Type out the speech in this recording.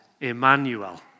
Emmanuel